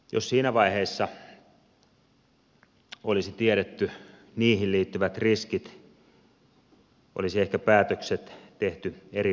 jos siinä vaiheessa olisi tiedetty niihin liittyvät riskit olisi ehkä päätökset tehty eri pohjalta